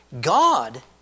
God